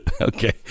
okay